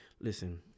listen